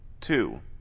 Two